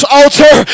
altar